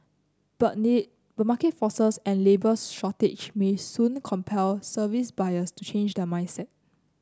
but but market forces and labour shortage may soon compel service buyers to change their mindset